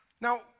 Now